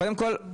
קודם כל,